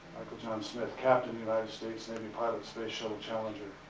john smith, captain, united states navy, pilot space shuttle challenger.